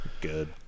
good